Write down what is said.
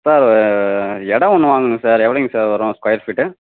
sir இடம் ஒன்று வாங்கணும் சார் எவ்வளோங்க சார் வரும் ஸ்கொயர் ஃபீட்டு